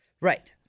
Right